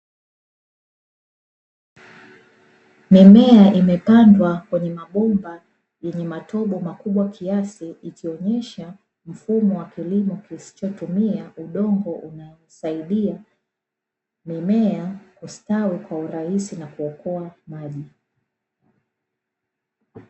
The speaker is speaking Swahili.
Mimea imepandwa kwenye mabomba yenye matobo makubwa kiasi, ikionesha mfumo wa kilimo kisichotumia udongo unaosaidia mimea kustawi kwa urahisi na kuokoa maji.